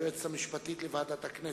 היועצת המשפטית לוועדת הכנסת,